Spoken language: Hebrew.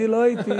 אני לא הייתי